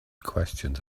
questions